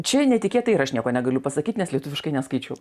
čia netikėtai ir aš nieko negaliu pasakyt nes lietuviškai neskaičiau